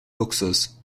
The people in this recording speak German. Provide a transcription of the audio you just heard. luxus